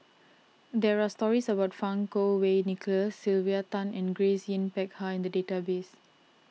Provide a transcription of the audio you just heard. there are stories about Fang Kuo Wei Nicholas Sylvia Tan and Grace Yin Peck Ha in the database